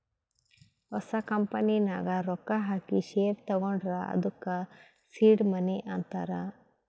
ಹೊಸ ಕಂಪನಿ ನಾಗ್ ರೊಕ್ಕಾ ಹಾಕಿ ಶೇರ್ ತಗೊಂಡುರ್ ಅದ್ದುಕ ಸೀಡ್ ಮನಿ ಅಂತಾರ್